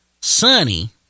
sunny